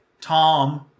Tom